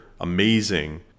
amazing